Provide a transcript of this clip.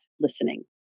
listening